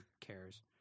cares